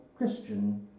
Christian